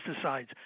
pesticides